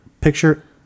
picture